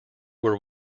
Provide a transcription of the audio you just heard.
were